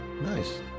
Nice